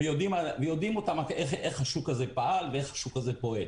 יודעים איך השוק הזה פעל ואיך הוא פועל.